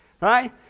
Right